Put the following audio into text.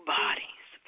bodies